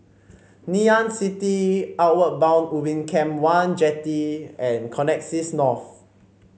Ngee Ann City Outward Bound Ubin Camp one Jetty and Connexis North